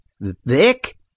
Vic